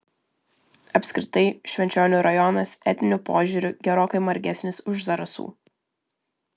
apskritai švenčionių rajonas etniniu požiūriu gerokai margesnis už zarasų